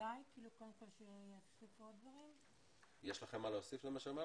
יש לכם מה להוסיף למה שאמרתי?